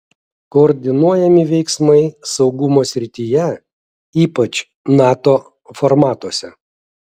koordinuojami veiksmai saugumo srityje ypač nato formatuose